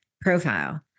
profile